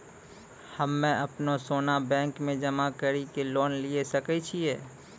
हम्मय अपनो सोना बैंक मे जमा कड़ी के लोन लिये सकय छियै?